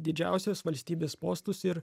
didžiausius valstybės postus ir